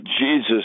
Jesus